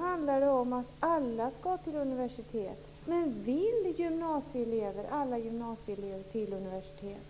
handlar det om att alla ska till universitet. Men vill alla gymnasieelever till universitet?